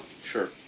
Sure